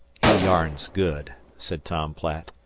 he yarns good, said tom platt.